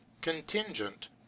contingent